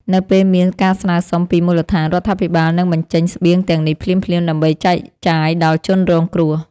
នៅពេលមានការស្នើសុំពីមូលដ្ឋាន រដ្ឋាភិបាលនឹងបញ្ចេញស្បៀងទាំងនេះភ្លាមៗដើម្បីចែកចាយដល់ជនរងគ្រោះ។